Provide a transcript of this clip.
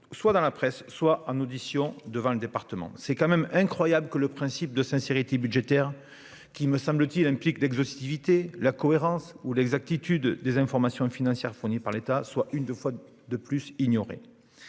soit dans la presse, soit en audition devant le Parlement. Il est tout de même incroyable que le principe de sincérité budgétaire qui, me semble-t-il, implique l'exhaustivité, la cohérence et l'exactitude des informations financières fournies par l'État soit une fois de plus ignoré